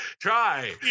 Try